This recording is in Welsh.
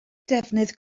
defnydd